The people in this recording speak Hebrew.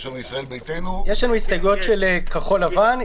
יש לנו הסתייגויות של כחול לבן,